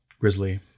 grizzly